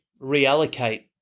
reallocate